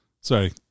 Sorry